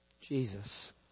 Jesus